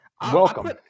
welcome